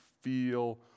feel